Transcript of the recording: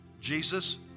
Jesus